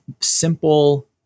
simple